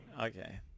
Okay